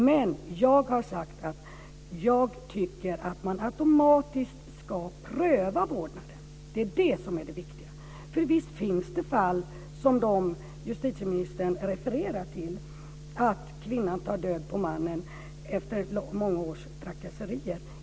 Men jag har sagt att jag tycker att man automatiskt ska pröva vårdnaden. Det är det som är det viktiga. Visst finns det fall som de som justitieministern refererar till, där kvinnan tar död på mannen efter många års trakasserier.